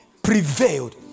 prevailed